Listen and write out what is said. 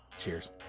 Cheers